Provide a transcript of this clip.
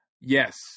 Yes